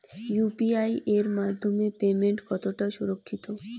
UPI এর মাধ্যমে payment কতটা সুরক্ষিত?